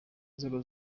inzego